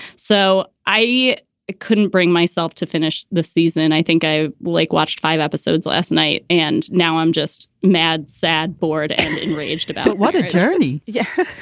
so i couldn't bring myself to finish the season. and i think i like watched five episodes last night and now i'm just mad, sad, bored and enraged about what a journey yeah,